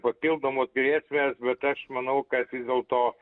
papildomos grėsmės bet aš manau kad vis dėlto